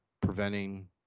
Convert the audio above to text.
preventing